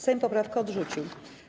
Sejm poprawkę odrzucił.